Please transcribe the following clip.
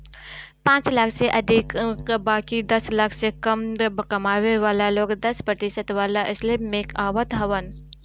पांच लाख से अधिका बाकी दस लाख से कम कमाए वाला लोग दस प्रतिशत वाला स्लेब में आवत हवन